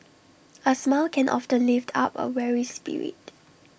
A smile can offend lift up A weary spirit